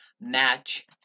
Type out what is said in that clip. match